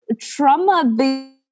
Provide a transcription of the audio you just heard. trauma